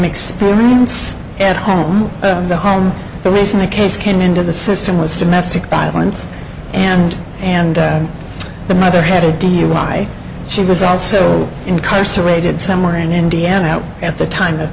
experience at home the home the reason the case came into the system was domestic violence and and the mother had a dui she was also incarcerated somewhere in indiana at the time of